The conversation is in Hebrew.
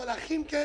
אבל אחים כאלה